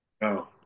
No